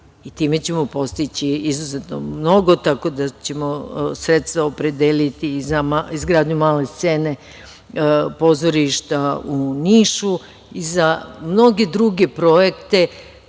Time ćemo postići izuzetno mnogo, tako da ćemo se opredeliti za izgradnju male scene pozorišta u Nišu i za mnoge druge projekte,